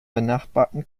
benachbarten